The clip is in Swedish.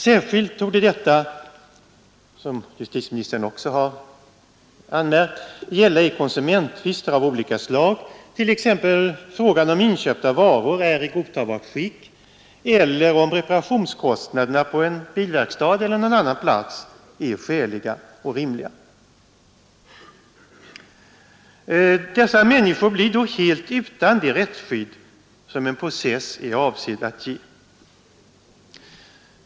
Särskilt torde detta, som justitieministern också har anmärkt, gälla i konsumenttvister av olika slag, t.ex. frågan om huruvida inköpta varor är i godtagbart skick eller om reparationskostnaderna på en bilverkstad eller någon annan plats är skäliga och rimliga. Dessa människor blir då helt utan det rättsskydd som en process är avsedd att ge.